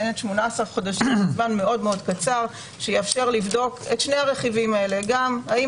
18 חודשים זמן מאוד-מאוד קצר שיאפשר לבדוק את שני הרכיבים האלה: האם